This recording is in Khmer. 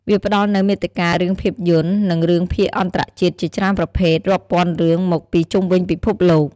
វាផ្ដល់នូវ មាតិការឿងភាពយន្ត និងរឿងភាគអន្តរជាតិ ជាច្រើនប្រភេទ រាប់ពាន់រឿងមកពីជុំវិញពិភពលោក។